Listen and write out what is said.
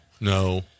No